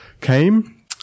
came